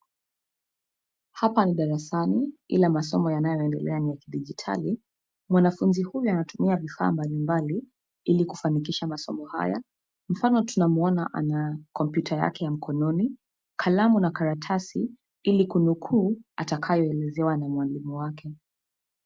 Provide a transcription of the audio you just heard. Hapa ni darasani ila masomo yanayoendelea ni ya kidijitali. Mwanafunzi huyu anatumia vifaa mbalimbali ili kufanikisha masomo haya. Mfano, tunamwona ana kompyuta yake ya mkononi, kalamu na karatasi Ili kunukuu atakayoelezewa na mwalimu wake.